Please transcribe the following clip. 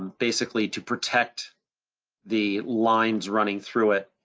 basically to protect the lines running through it.